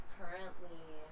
currently